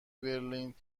برلین